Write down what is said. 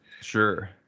Sure